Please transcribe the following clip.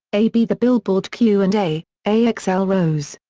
a b the billboard q and a a axl rose.